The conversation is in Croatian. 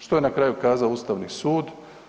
Što je na kraju kazao Ustavni sud?